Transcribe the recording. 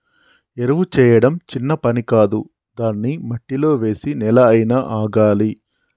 ఎరువు చేయడం చిన్న పని కాదు దాన్ని మట్టిలో వేసి నెల అయినా ఆగాలి